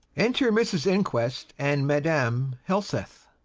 enter mrs inquest and madam helseth